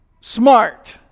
smart